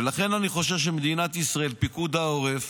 ולכן אני חושב שמדינת ישראל, פיקוד העורף